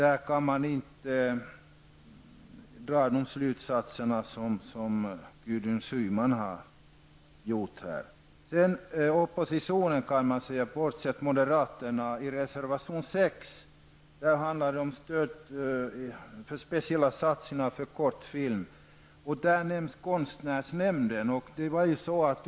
Man kan inte dra de slutsatser som Gudrun Schyman har gjort här. I reservation 6 har oppositionen, förutom moderaterna, tagit upp speciella satsningar på kortfilm. I reservationen nämns konstnärsnämnden.